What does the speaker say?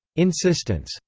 insistence.